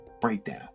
breakdown